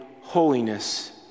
holiness